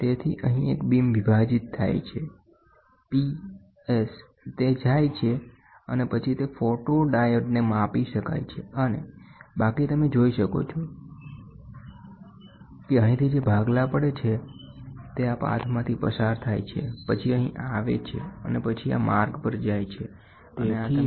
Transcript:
તેથી અહીં એક બીમ વિભાજીત થાય છે P S તે જાય છે અને પછી તે ફોટોડાયોડ ને માપી શકાય છે અને બાકી તમે જોઈ શકો છો કે અહીંથી જે ભાગલા પડે છે તે આ પાથમાંથી પસાર થાય છેપછી અહીં આવે છે અને પછી આ માર્ગ પર જાય છે અને આ તમે તે અહીં ગણી શકો છો